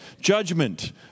Judgment